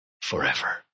forever